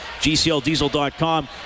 gcldiesel.com